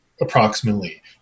approximately